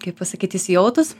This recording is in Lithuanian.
kaip pasakyt įsijautus